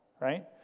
right